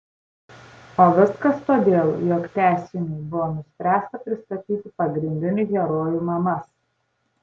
o viskas todėl jog tęsiniui buvo nuspręsta pristatyti pagrindinių herojų mamas